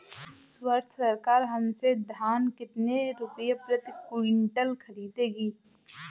इस वर्ष सरकार हमसे धान कितने रुपए प्रति क्विंटल खरीदेगी?